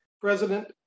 president